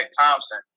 Thompson